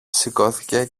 σηκώθηκε